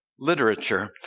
literature